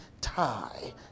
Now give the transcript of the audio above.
tie